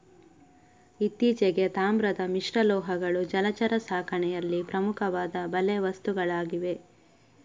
ಇತ್ತೀಚೆಗೆ, ತಾಮ್ರದ ಮಿಶ್ರಲೋಹಗಳು ಜಲಚರ ಸಾಕಣೆಯಲ್ಲಿ ಪ್ರಮುಖವಾದ ಬಲೆ ವಸ್ತುಗಳಾಗಿವೆ